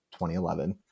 2011